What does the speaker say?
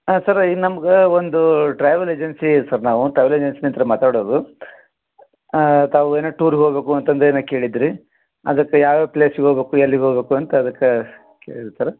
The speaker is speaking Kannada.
ಸರ್ ಈಗ ನಮ್ಗೆ ಒಂದು ಟ್ರಾವೆಲ್ ಏಜೆನ್ಸಿ ಸರ್ ನಾವು ಟ್ರಾವೆಲ್ ಏಜೆನ್ಸಿನಿಂದ ಮಾತಾಡೋದು ಹಾಂ ತಾವು ಏನೋ ಟೂರ್ಗೆ ಹೋಗಬೇಕು ಅಂತಂದು ಏನೋ ಕೇಳಿದ್ದಿರಿ ಅದಕ್ಕೆ ಯಾವ ಯಾವ ಪ್ಲೇಸಿಗೆ ಹೋಗಬೇಕು ಎಲ್ಲಿಗೆ ಹೋಗಬೇಕು ಅಂತ ಅದಕ್ಕೆ ಕೇಳಿದೆ ಸರ